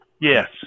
Yes